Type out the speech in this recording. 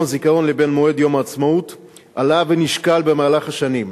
הזיכרון לבין מועד יום העצמאות עלה ונשקל במהלך השנים.